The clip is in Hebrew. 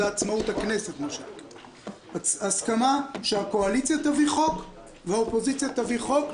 זה עצמאות הכנסת הסכמה שהקואליציה תביא חוק והאופוזיציה תביא חוק,